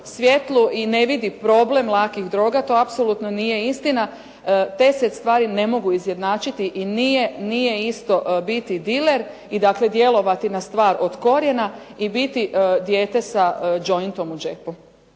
svjetlu i ne vidi problem lakih droga to apsolutno nije istina. Te se stvari ne mogu izjednačiti i nije isto biti diler i dakle djelovati na stvar od korijena i biti dijete sa jointom u džepu.